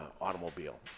automobile